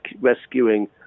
rescuing